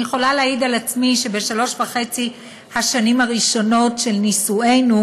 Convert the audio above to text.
אני יכולה להעיד על עצמי שבשלוש וחצי השנים הראשונות של נישואינו,